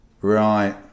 Right